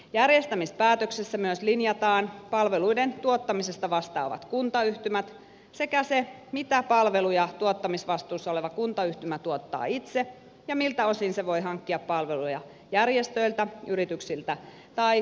järjestämispäätöksessä myös linjataan palveluiden tuottamisesta vastaavat kuntayhtymät sekä se mitä palveluja tuottamisvastuussa oleva kuntayhtymä tuottaa itse ja miltä osin se voi hankkia palveluja järjestöiltä yrityksiltä tai käyttämällä palveluseteliä